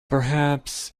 perhaps